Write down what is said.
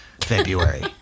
February